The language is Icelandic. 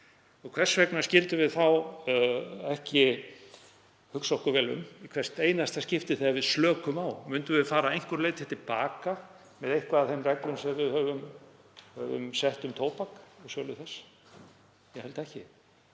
Hvers vegna skyldum við þá ekki hugsa okkur vel um í hvert einasta skipti þegar við slökum á? Myndum við fara að einhverju leyti til baka með eitthvað af þeim reglum sem við höfum um sett um tóbak og sölu þess? Ég held ekki.